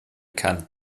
kann